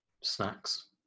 snacks